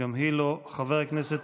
גם היא לא, אני כאן.